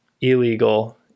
illegal